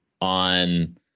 on